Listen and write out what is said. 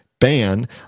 Ban